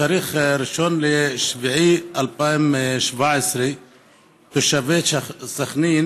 בתאריך 1 ביולי 2017 תושבי סח'נין